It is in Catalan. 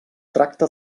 tracta